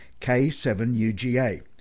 K7UGA